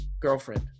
girlfriend